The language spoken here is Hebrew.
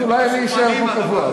אז אולי אני אשאר פה קבוע.